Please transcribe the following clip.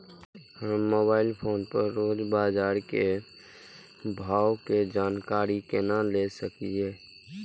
हम mobile phone पर रोज बाजार के भाव के जानकारी केना ले सकलिये?